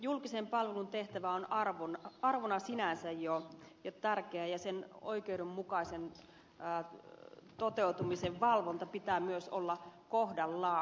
julkisen palvelun tehtävä on arvona sinänsä jo tärkeä ja sen oikeudenmukaisen toteutumisen valvonnan pitää myös olla kohdallaan